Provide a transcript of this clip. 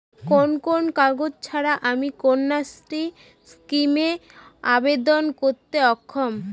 কোন কোন কাগজ ছাড়া আমি কন্যাশ্রী স্কিমে আবেদন করতে অক্ষম?